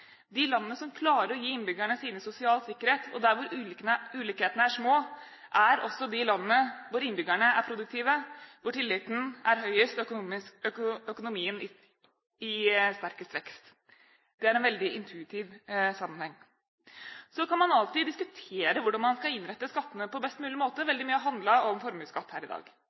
De landene som klarer å gi innbyggerne sine sosial sikkerhet, og der hvor ulikhetene er små, er også de landene hvor innbyggerne er produktive, hvor tilliten er høyest og økonomien i sterkest vekst. Det er en veldig intuitiv sammenheng. Så kan man alltid diskutere hvordan man skal innrette skattene på best mulig måte. Veldig mye har handlet om formuesskatt her i dag.